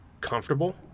comfortable